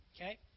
Okay